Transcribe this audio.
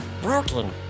Brooklyn